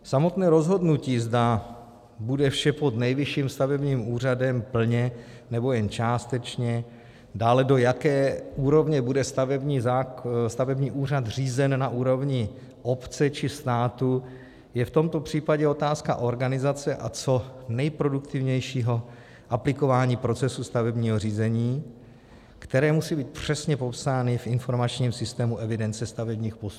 Samotné rozhodnutí, zda bude vše pod Nejvyšším stavebním úřadem plně, nebo jen částečně, dále, do jaké úrovně bude stavební úřad řízen na úrovni obce či státu, je v tomto případě otázka organizace a co nejproduktivnějšího aplikování procesu stavebního řízení, které musí být přesně popsány v informačním systému evidence stavebních postupů.